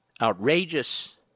outrageous